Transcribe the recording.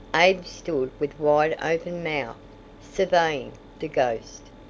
abe stood with wide-open mouth surveying the ghost.